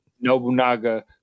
nobunaga